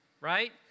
right